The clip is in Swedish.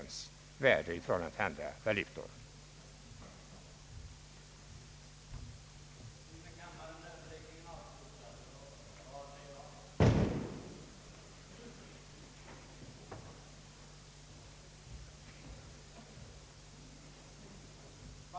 dels uppdraga åt fullmäktige i riksbanken att framlägga förslag till lämpliga former för ökad kontakt och aktuell information rörande viktigare till riksbankens och valutastyrelsens förvaltning hörande ärenden,